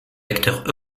acteurs